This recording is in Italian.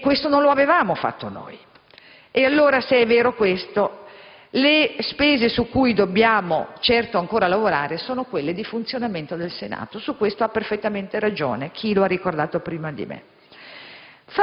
e questo non l'avevamo fatto noi). Quindi, le spese su cui dobbiamo certo ancora lavorare sono quelle di funzionamento del Senato. Su questo ha perfettamente ragione chi lo ha ricordato prima di me.